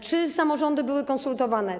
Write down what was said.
Czy samorządy były konsultowane?